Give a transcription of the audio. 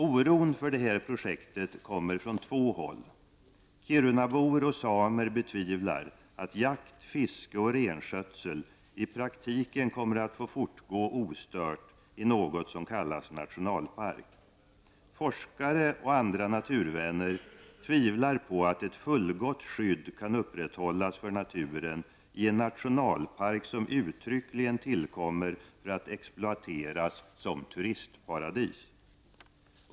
Oron för detta projekt kommer från två håll. Kirunabor och samer betvivlar att jakt, fiske och renskötsel i praktiken kommer att få fortgå ostört i något som kallas nationalpark. Forskare och andra naturvänner tvivlar på att ett fullgott skydd kan upprätthållas för naturen i en nationalpark som uttryckligen tillkommer för att exploateras som turistparadis.